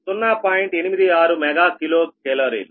86 mega kilo కేలరీలు